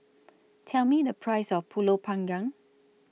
Tell Me The Price of Pulut Panggang